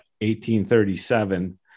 1837